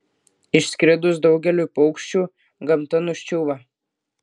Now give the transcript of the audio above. išskridus daugeliui paukščių gamta nuščiūva